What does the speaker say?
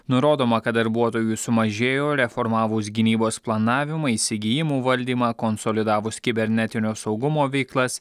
nurodoma kad darbuotojų sumažėjo reformavus gynybos planavimą įsigijimų valdymą konsolidavus kibernetinio saugumo veiklas